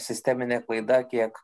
sisteminė klaida kiek